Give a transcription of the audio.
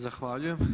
Zahvaljujem.